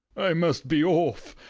i must be off.